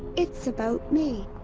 it's about me.